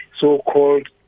so-called